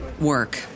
work